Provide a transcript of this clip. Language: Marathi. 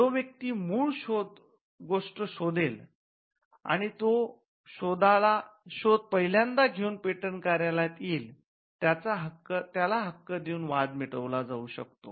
जो व्येक्ती मूळ गोष्ट शोधेल आणि तो शोध पहिल्यांदा घेऊन पेटंट कार्यालयात येईल त्याला हक्क देऊन वाद मिटवला जाऊ शकतो